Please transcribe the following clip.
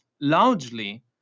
largely